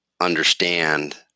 understand